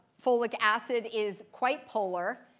folic acid is quite polar,